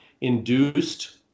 induced